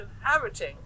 inhabiting